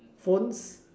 phones